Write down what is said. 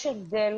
יש הבדל